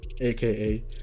aka